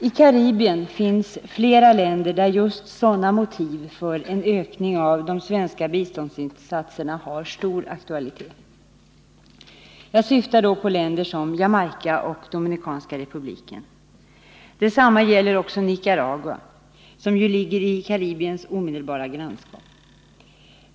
I Karibien finns flera länder där just sådana motiv för en ökning av de svenska biståndsinsatserna har stor aktualitet. Jag syftar då på länder som Jamaica och Dominikanska republiken. Detsamma gäller Nicaragua, som ju ligger i Karibiens omedelbara grannskap.